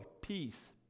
peace